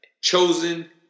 chosen